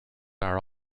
are